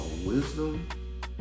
wisdom